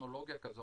in